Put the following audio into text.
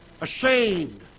Ashamed